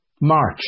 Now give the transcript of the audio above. March